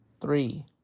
three